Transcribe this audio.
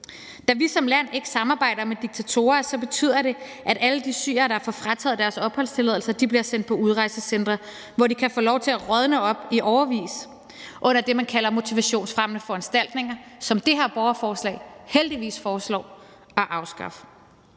Da vi som land ikke samarbejder med diktatorer, betyder det, at alle de syrere, der får frataget deres opholdstilladelse, bliver sendt på udrejsecentre, hvor de kan få lov til at sidde i årevis og rådne op under det, man kalder motivationsfremmende foranstaltninger, som det her borgerforslag heldigvis foreslår at afskaffe.